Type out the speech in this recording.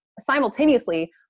simultaneously